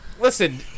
Listen